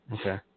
Okay